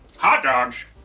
hot dogs?